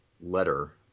letter